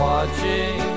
Watching